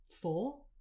four